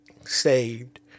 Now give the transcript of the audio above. saved